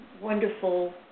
wonderful